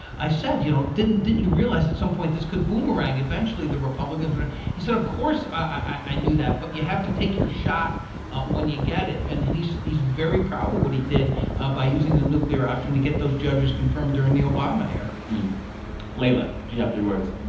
i said, you know, didn't didn't you realize, at some point, this could boomerang? eventually, the republicans would he said, of course, i knew that. but you have to take your shot when you get it. and and he's he's very proud of what he did by using the nuclear option to get those judges confirmed during the obama era leila, do you have the words?